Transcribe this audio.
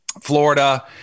Florida